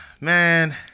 Man